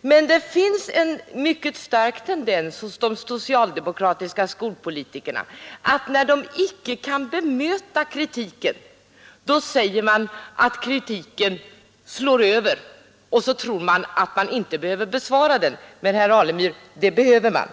Men det finns en mycket stark tendens hos de socialdemokratiska skolpolitikerna, när de icke kan bemöta kritiken, att säga att den slår över. Sedan tror man att man inte behöver besvara den, men, herr Alemyr, det behöver man.